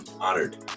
honored